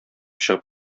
чыгып